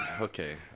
Okay